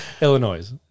Illinois